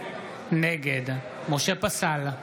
נגד משה פסל,